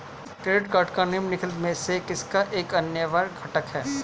Credit card निम्नलिखित में से किसका एक अनिवार्य घटक है?